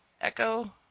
Echo